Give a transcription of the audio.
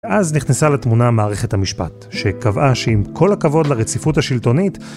‫ואז נכנסה לתמונה מערכת המשפט, ‫שקבעה שאם כל הכבוד לרציפות השלטונית,